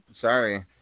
sorry